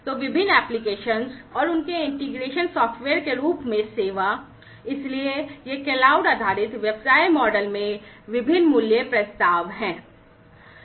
तो विभिन्न अनुप्रयोगों और उनके एकीकरण सॉफ्टवेयर के रूप में सेवा ये क्लाउड आधारित व्यवसाय मॉडल में विभिन्न मूल्य प्रस्ताव हैं